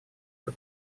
эту